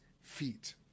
feet